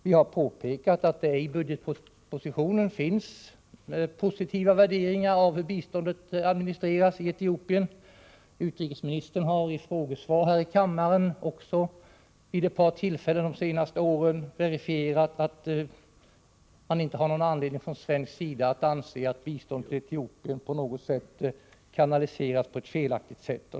Vi har påpekat att det i budgetpropositionen finns positiva värderingar av hur biståndet administreras i Etiopien. Utrikesministern har också i frågesvar här i kammaren vid ett par tillfällen under de senaste åren verifierat att man inte har någon anledning från svenska statens sida att anse att biståndet till Etiopien kanaliseras på ett felaktigt sätt.